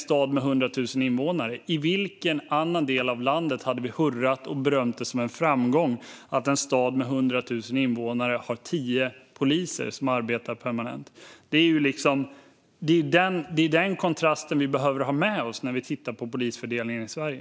I vilken annan del av landet hade vi hurrat och kallat det en framgång att en stad med 100 000 invånare har tio permanenta poliser? Det är denna kontrast vi behöver ha med oss när vi tittar på polisfördelningen i Sverige.